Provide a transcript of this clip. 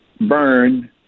burn